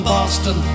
Boston